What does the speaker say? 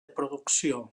producció